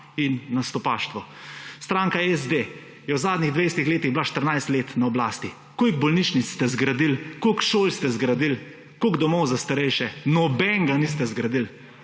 in nastopaštvo. Stranka SD je v zadnjih 20-ih letih bila 14 let na oblasti. Koliko bolnišnic ste zgradili? Koliko šol ste zgradili? Koliko domov za starejše? Nobenega niste zgradili.